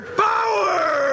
power